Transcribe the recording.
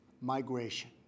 migration